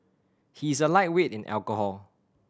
he is a lightweight in alcohol